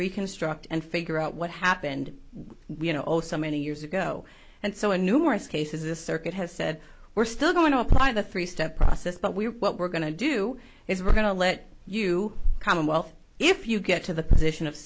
reconstruct and figure out what happened you know so many years ago and so in numerous cases this circuit has said we're still going to apply the three step process but we're what we're going to do is we're going to let you commonwealth if you get to the position of